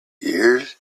ears